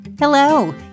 Hello